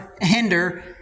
hinder